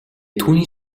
түүний